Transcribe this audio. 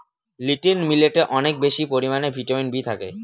little মিলেটে অনেক বেশি পরিমানে ভিটামিন বি থাকে